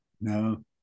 No